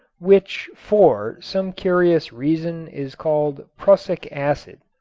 which for, some curious reason is called prussic acid.